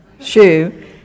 shoe